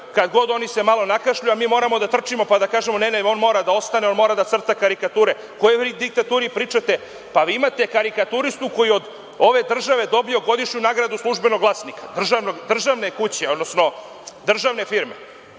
kad se oni malo nakašlju, da trčimo i da kažemo – ne, ne, on mora da ostane, on mora da crta karikature.O kojoj diktaturi pričate? Vi imate karikaturistu koji je od ove države dobio godišnju nagradu „Službenog glasnika“, državne kuće, odnosno državne firme.